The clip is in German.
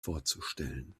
vorzustellen